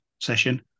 session